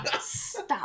stop